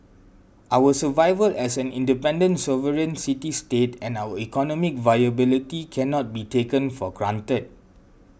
our survival as an independent sovereign city state and our economic viability cannot be taken for granted